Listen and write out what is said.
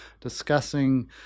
discussing